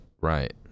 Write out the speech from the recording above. right